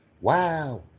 Wow